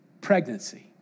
pregnancy